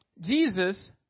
Jesus